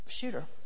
shooter